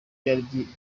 byari